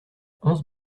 onze